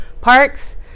parks